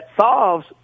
solves